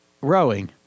Rowing